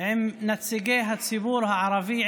עם נציגי הציבור הערבי,